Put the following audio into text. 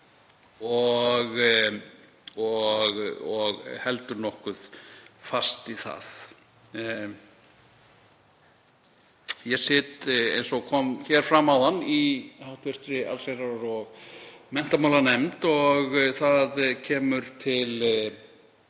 og haldi nokkuð fast í það. Ég sit, eins og kom fram áðan, í hv. allsherjar- og menntamálanefnd og þar kemur til